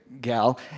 gal